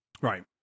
Right